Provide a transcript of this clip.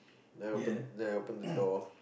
then I opened then I opened the door